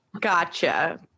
Gotcha